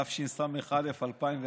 התשס"א 2001,